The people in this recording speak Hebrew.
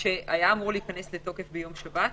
שהוא היה אמור להיכנס לתוקף ביום שבת,